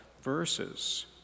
verses